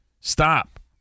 Stop